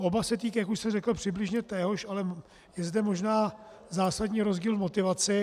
Oba se týkají, jak už jsem řekl, přibližně téhož, ale je zde možná zásadní rozdíl v motivaci.